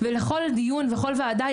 ולכל דיון וכל ועדה,